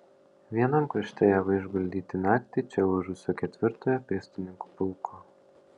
vienam krašte javai išguldyti naktį čia ūžusio ketvirtojo pėstininkų pulko